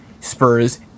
Spurs